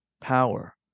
power